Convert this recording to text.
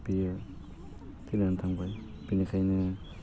बेयो थैनानै थांबाय बेनिखायनो